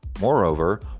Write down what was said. Moreover